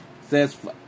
says